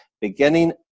beginning